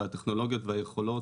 הטכנולוגיות והיכולות.